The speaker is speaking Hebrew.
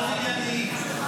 הייתם מאוד ענייניים.